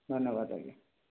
ଧନ୍ୟବାଦ ଆଜ୍ଞା